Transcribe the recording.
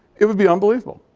it would be unbelievable.